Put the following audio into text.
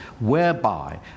whereby